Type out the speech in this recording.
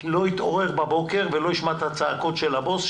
לא אתעורר בבוקר ולא אשמע את הצעקות של הבוס,